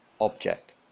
object